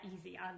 easy